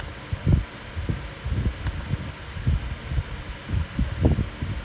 அப்புறம்:appuram they say got like ten malays there then you know today right they say the place got like forty people you know